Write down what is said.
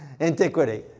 antiquity